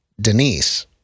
Denise